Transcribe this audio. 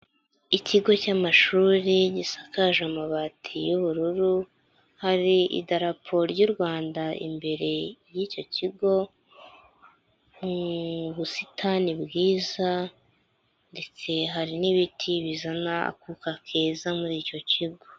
Ikigo cy'amashuri gisakaje amabati y'ubururu, hari idarapo ry'u Rwanda imbere y'icyo kigo, ubusitani bwiza ndetse hari n'ibiti bizana akuka keza muri icyo kigo.